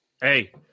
Hey